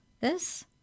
This